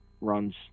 runs